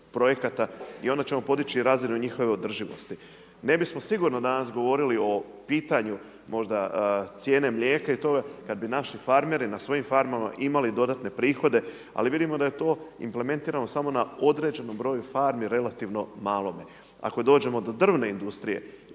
projekata i onda ćemo podići razinu njihovu održivosti. Ne bismo sigurno danas govorili o pitanju cijene mlijeka i tome, kada bi naši farmeri, na svojim farmama, imali dodatne prihode, ali vidimo da je to implementirano samo na određenom broju farmi, relativno malome. Ako dođemo do drvne industrije